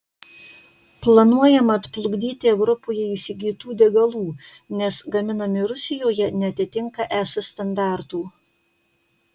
planuojama atplukdyti europoje įsigytų degalų nes gaminami rusijoje neatitinka es standartų